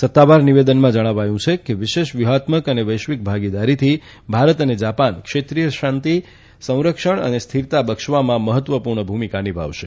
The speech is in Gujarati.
સત્તાવાર નિવેદનમાં જણાવાયું છે કે વિશેષ વ્યૂહાત્મક અને વૈશ્વિક ભાગીદારીથી ભારત અને જાપાન ક્ષેત્રીય શાંતિ સંરક્ષણ અને સ્થિરતા બક્ષવામાં મહત્વપૂર્ણ ભૂમિકા નિભાવશે